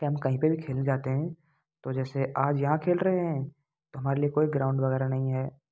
कि हम कहीं पर भी खेलने जाते हैं तो जैसे आज यहाँ खेल रहे हैं तो हमारे लिए कोई ग्राउंड वगैरह नहीं है